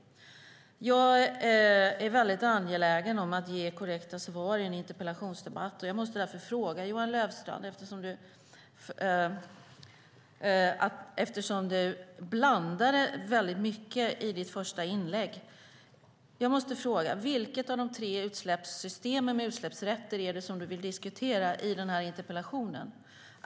Jag är väldigt angelägen om att ge korrekta svar i en interpellationsdebatt. Eftersom du, Johan Löfstrand, blandade mycket i ditt första inlägg måste jag fråga: Vilket av de tre systemen med utsläppsrätter vill du diskutera i interpellationen?